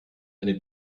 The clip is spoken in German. eine